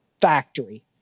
factory